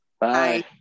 Bye